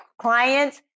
clients